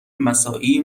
مساعی